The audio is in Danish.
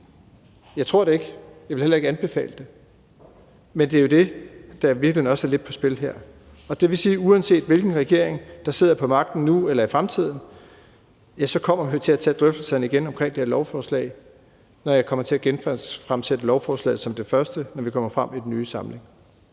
Jeg tror det ikke, og jeg ville heller ikke anbefale det. Men det er jo det, der i virkeligheden også er lidt på spil her. Og det vil sige, at uanset hvilken regering der sidder på magten nu eller i fremtiden, kommer vi til at tage drøftelserne igen omkring det her lovforslag, når jeg kommer til at genfremsætte lovforslaget som det første, når vi kommer ind i den nye samling.